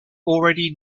already